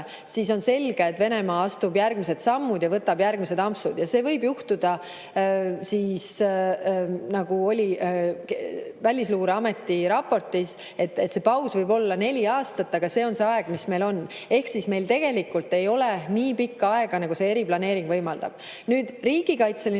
siis on selge, et Venemaa astub järgmised sammud ja võtab järgmised ampsud. Ja see paus, nagu oli Välisluureameti raportis, võib olla neli aastat. Aga see on see aeg, mis meil on. Ehk meil tegelikult ei ole nii pikka aega, nagu see eriplaneering võimaldab. Nüüd, riigikaitseline